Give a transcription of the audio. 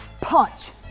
punch